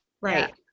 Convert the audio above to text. Right